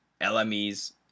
LME's